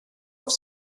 auf